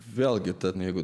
vėlgi tada jeigu